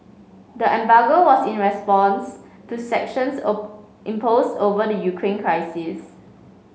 the embargo was in response to sanctions impose over the Ukraine crisis